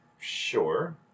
Sure